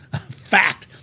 fact